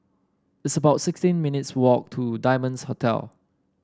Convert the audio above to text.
it's about sixteen minutes' walk to Diamond Hotel